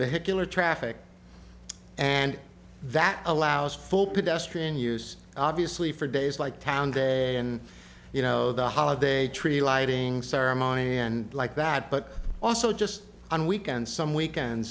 vehicular traffic and that allows full pedestrian use obviously for days like town day and you know the holiday tree lighting ceremony and like that but also just on weekends some weekends